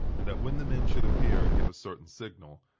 and that when the men should appear and give a certain signal,